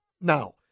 Now